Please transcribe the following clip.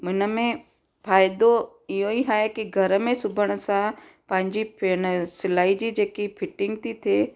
इन में फ़ाइदो इहो ई आहे कि घर में सिबण सां पंहिंजी फेन सिलाई जी जेकी फिटिंग थी थिए